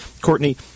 Courtney